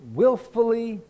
willfully